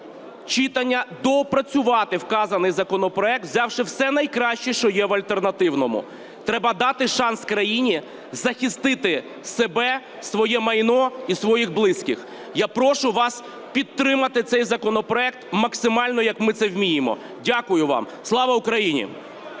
читання доопрацювати вказаний законопроект, взявши все найкраще, що є в альтернативному, треба дати шанс країні захистити себе, своє майно і своїх близьких. Я прошу вас підтримати цей законопроект максимально як ми це вміємо. Дякую вам. Слава Україні!